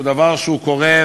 הוא דבר שהוא קורה,